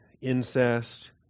incest